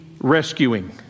rescuing